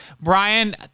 Brian